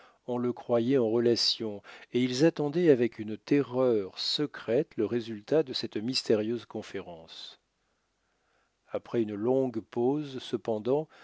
on le croyait en relation et ils attendaient avec une terreur secrète le résultat de cette mystérieuse conférence après une longue pause cependant